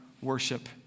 worship